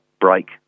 break